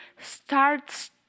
starts